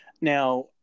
Now